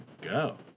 go